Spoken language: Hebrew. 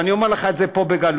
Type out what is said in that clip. ואני אומר לך את זה פה בגלוי,